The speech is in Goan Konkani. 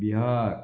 बिहार